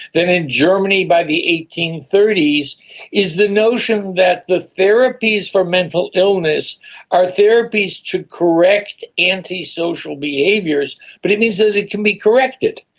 then in germany by the eighteen thirty s is the notion that the therapies for mental illness are therapies to correct antisocial behaviours, but it means that it it can be corrected.